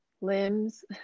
limbs